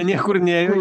niekur nėjo